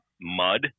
mud